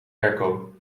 airco